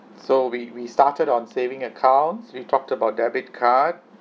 so we we started on saving accounts we talked about debit card